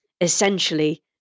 essentially